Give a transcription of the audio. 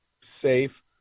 safe